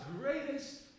greatest